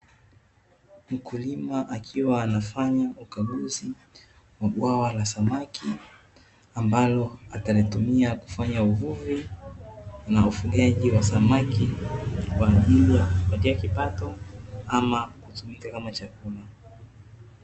Mkulima akiwa anafanya ukaguzi wa bwawa la samaki, ambalo atalitumia kufanya uvuvi na ufugaji wa samaki kwa ajili ya kujipatia kipato ama kutumika kama chakula.